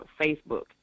Facebook